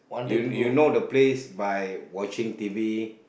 you you know the place by watching t_v